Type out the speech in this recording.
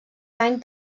any